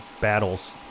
battles